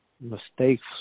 mistakes